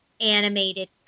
animated